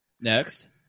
Next